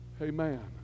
amen